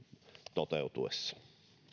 toteutuessa